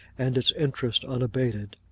and its interest unabated.